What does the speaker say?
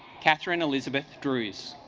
katherine elizabeth cruz